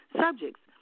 subjects